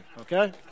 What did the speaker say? okay